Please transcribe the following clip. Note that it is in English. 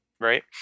right